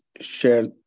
shared